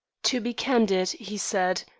to be candid, he said,